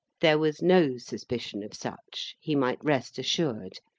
there was no suspicion of such, he might rest assured.